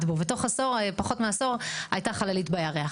בו ותוך פחות מעשור הייתה חללית בירח".